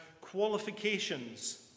qualifications